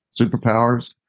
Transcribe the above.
superpowers